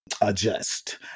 Adjust